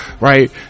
Right